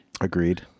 Agreed